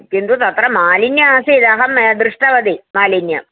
किन्तु तत्र मालिन्यम् आसीत् अहं दृष्टवती मालिन्यम्